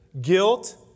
Guilt